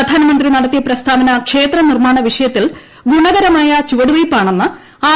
പ്രധാനമന്ത്രി നടത്തിയ പ്രസ്താവന ക്ഷേത്രനിർമ്മാണ വിഷയത്തിൽ ഗുണകരമായ ചുവടുവയ്പ്പാണെന്ന് ആർ